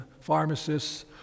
pharmacists